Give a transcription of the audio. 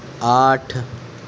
آٹھ